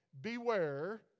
Beware